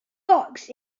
box